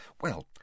Well